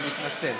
אני מתנצל.